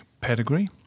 pedigree